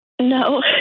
No